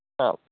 आम्